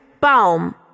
Baum